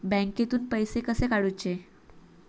बँकेतून पैसे कसे काढूचे?